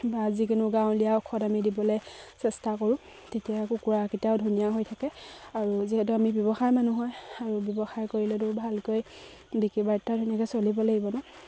বা যিকোনো গাঁৱলীয়া ঔষধ আমি দিবলে চেষ্টা কৰোঁ তেতিয়া কুকুৰাকেইটাও ধুনীয়া হৈ থাকে আৰু যিহেতু আমি ব্যৱসায় মানুহ হয় আৰু ব্যৱসায় কৰিলেতো ভালকৈ বিক্ৰী বাৰ্তা ধুনীয়াকে চলিব লাগিব ন